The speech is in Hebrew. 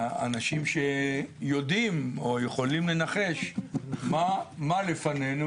אנשים שיודעים או שיכולים לנחש מה לפנינו